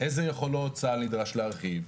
איזה יכולות צה"ל נדרש להרחיב,